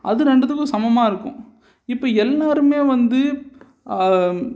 அது ரெண்டுத்துக்கும் சமமாக இருக்கும் இப்போ எல்லாருமே வந்து